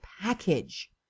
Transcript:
package